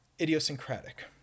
idiosyncratic